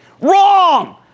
Wrong